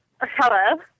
Hello